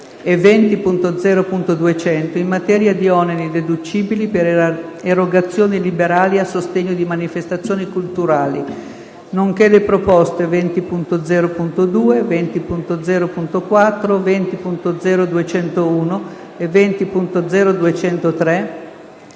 e 20.0.200, in materia di oneri deducibili per erogazioni liberali a sostegno di manifestazioni culturali, nonché le proposte 20.0.2, 20.0.4, 20.0.201 e 20.0.203,